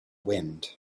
wind